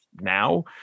now